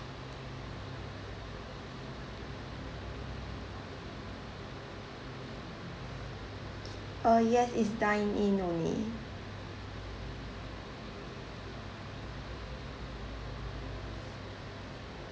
uh yes it's dine in only